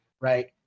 right